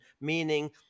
meaning